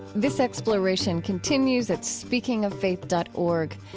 this exploration continues at speakingoffaith dot org.